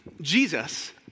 Jesus